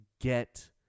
get